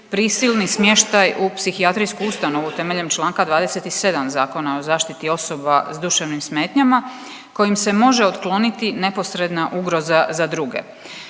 prisilni smještaj u psihijatrijsku ustanovu temeljem članka 27. Zakona o zaštiti osoba sa duševnim smetnjama kojim se može ukloniti neposredna ugroza za druge.